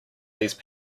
these